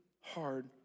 hard